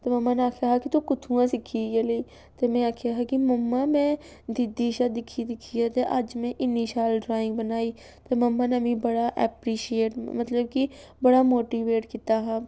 ते मम्मा ने आखेआ हा कि तूं कु'त्थुआं सिक्खी इ'यै जेही ते में आखेआ हा मम्मा में दीदी शा दिक्खी दिक्खियै ते अज्ज में इन्नी शैल ड्राइंग बनाई ते मम्मा ने मी बड़ा ऐप्रीशेट मतलब कि बड़ा मोटीवेट कीता हा